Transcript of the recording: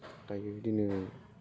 दायो बिदिनो